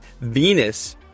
Venus